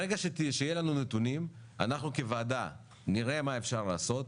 ברגע שיהיו לנו נתונים אנחנו כוועדה נראה מה אפשר לעשות,